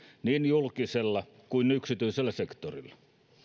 niin julkisella kuin yksityisellä sektorilla